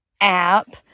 app